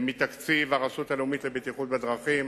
מתקציב הרשות הלאומית לבטיחות בדרכים,